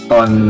on